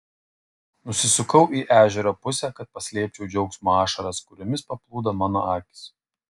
nusisukau į ežero pusę kad paslėpčiau džiaugsmo ašaras kuriomis paplūdo mano akys